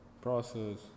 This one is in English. process